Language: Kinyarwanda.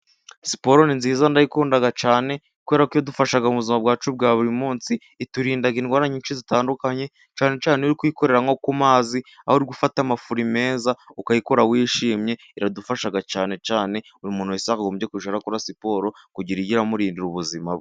Siporo ni nziza ndayikunda cyane, kubera ko yadufasha mu buzima bwacu bwa buri munsi, iturinda indwara nyinshi zitandukanye, cyane cyane iyo uri kuyikorera nko ku mazi, aho uri gufata amafuri meza, ukayikora wishimye, iradufasha cyane cyane, buri muntu wese yakagombye kujya arakora siporo, kugira ijye imurindira ubuzima bwe.